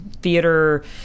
Theater